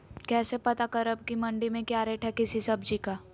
कैसे पता करब की मंडी में क्या रेट है किसी सब्जी का?